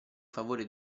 favore